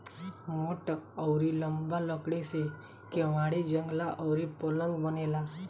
मोट अउरी लंबा लकड़ी से केवाड़ी, जंगला अउरी पलंग बनेला